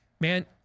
man